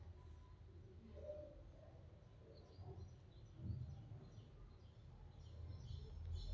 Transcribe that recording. ಒಣಗಿದ ಹುಲ್ಲು ಅತ್ವಾ ಹುದುಗಿಸಿದ ಹುಲ್ಲು ಹಿಟ್ಟಿನ ತೌಡು ಇಂತವನ್ನೆಲ್ಲ ಪಶು ಸಂಗೋಪನೆ ಮಾಡಿದ ಪ್ರಾಣಿಗಳಿಗೆ ಆಹಾರ ಆಗಿ ಬಳಸ್ತಾರ